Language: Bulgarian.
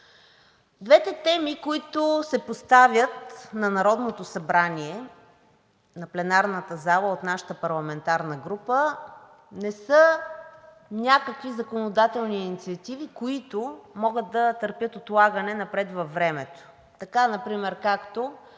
двете теми, които се поставят на Народното събрание и в пленарната зала от нашата парламентарна група, не са някакви законодателни инициативи, които могат да търпят отлагане напред във времето, както